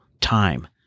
time